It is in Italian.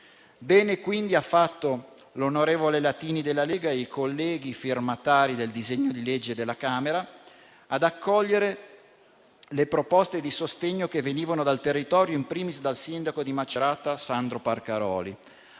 Bene, quindi, ha fatto l'onorevole Latini della Lega e i colleghi firmatari del disegno di legge della Camera ad accogliere le proposte di sostegno che venivano dal territorio, *in primis* dal sindaco di Macerata Sandro Parcaroli.